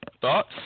thoughts